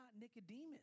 Nicodemus